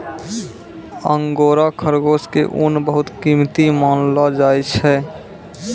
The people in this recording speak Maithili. अंगोरा खरगोश के ऊन बहुत कीमती मानलो जाय छै